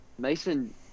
Mason